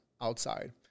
outside